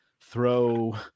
throw